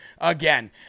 again